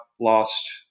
lost